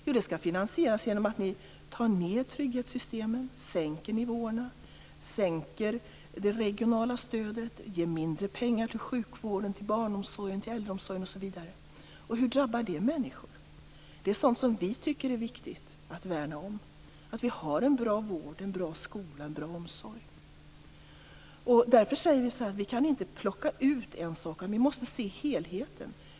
Jo, det skall finansieras genom att ni tar ned trygghetssystemen, sänker nivåerna, sänker det regionala stödet, ger mindre pengar till sjukvården, barnomsorgen, äldreomsorgen osv. Hur drabbar det människor? Sådant som vi tycker är viktigt att värna om är att vi har en bra vård, en bra skola och en bra omsorg. Därför säger vi att vi inte kan plocka ut en sak, utan vi måste se helheten.